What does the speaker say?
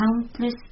countless